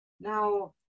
Now